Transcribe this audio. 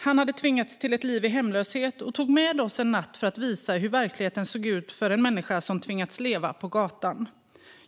Han hade tvingats till ett liv i hemlöshet och tog med oss en natt för att visa hur verkligheten ser ut för en människa som tvingas leva på gatan.